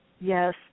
Yes